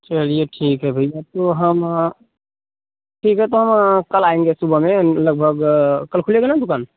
चलिए ठीक है भैया तो हम ठीक है तो हम कल आएँगे सुबह में लगभग कल खुलेगी ना दुकान